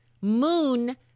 moon